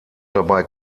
dabei